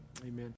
amen